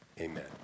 Amen